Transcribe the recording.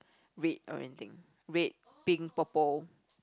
red or anything red pink purple